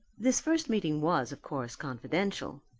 this first meeting was, of course, confidential.